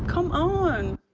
come on.